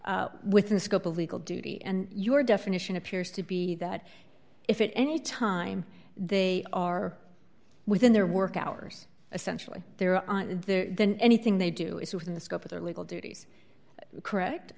is within the scope of legal duty and your definition appears to be that if it any time they are within their work hours essentially their on their then anything they do is within the scope of their legal duties correct